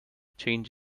change